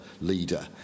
leader